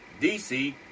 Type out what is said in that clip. DC